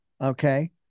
okay